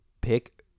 pick